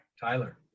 Tyler